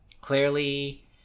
clearly